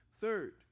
third